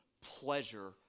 pleasure